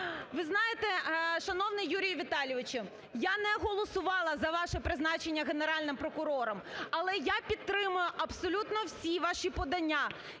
Ви знаєте, шановний Юрію Віталійовичу, я не голосувала за ваше призначення Генеральним прокурором, але я підтримую абсолютно всі ваші подання.